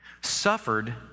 suffered